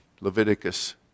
Leviticus